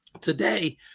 today